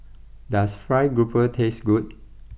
does Fried grouper taste good